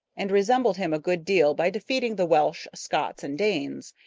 and resembled him a good deal by defeating the welsh, scots, and danes.